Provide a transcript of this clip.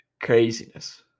craziness